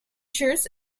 shirts